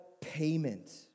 payment